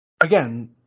again